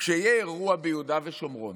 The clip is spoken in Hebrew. כשיהיה אירוע ביהודה ושומרון,